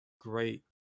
great